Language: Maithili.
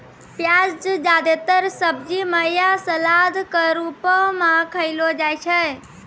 प्याज जादेतर सब्जी म या सलाद क रूपो म खयलो जाय छै